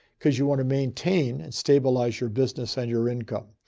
because you want to maintain and stabilize your business and your income.